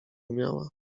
umiała